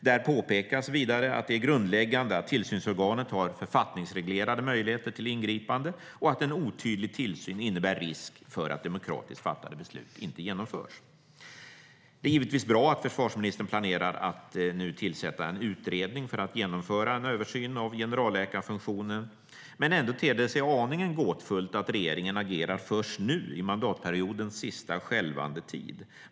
Där påpekas vidare att det är grundläggande att tillsynsorganet har författningsreglerade möjligheter till ingripande och att en otydlig tillsyn innebär risk för att demokratiskt fattade beslut inte genomförs. Det är givetvis bra att försvarsministern planerar att tillsätta en utredning för att genomföra en översyn av generalläkarfunktionen. Men ändå ter det sig aningen gåtfullt att regeringen agerar först nu i mandatperiodens sista skälvande tid.